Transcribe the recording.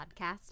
Podcast